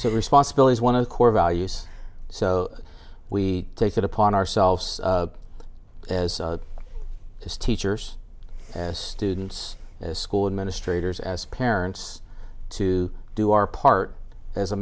to responsibilities one of the core values so we take it upon ourselves as teachers and students as school administrators as parents to do our part as a